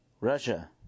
Russia